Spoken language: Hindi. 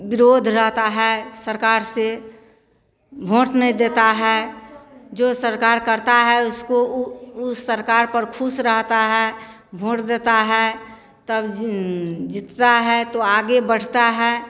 विरोध रहता है सरकार से भोंट नहीं देता है जो सरकार करता है उसको उ उस सरकार पर ख़ुश रहता है भोंट देता है तब जी जीतता है तो आगे बढ़ता है